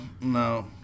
No